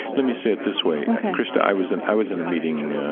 let me say it this way ok krista, i was and i was in a meeting,